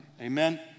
amen